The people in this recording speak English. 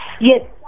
Yes